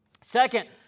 Second